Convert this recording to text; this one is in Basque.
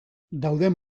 dauden